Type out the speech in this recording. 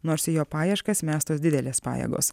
nors į jo paieškas mestos didelės pajėgos